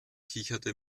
kicherte